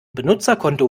benutzerkonto